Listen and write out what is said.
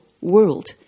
world